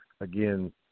Again